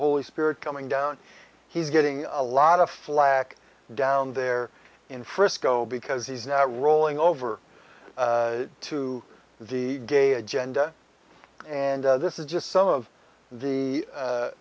holy spirit coming down he's getting a lot of flack down there in frisk oh because he's not rolling over to the gay agenda and this is just some of the